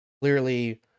Clearly